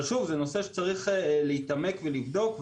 אבל זה נושא שצריך להתעמק בו ולבדוק.